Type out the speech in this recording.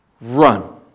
run